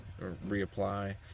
reapply